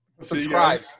Subscribe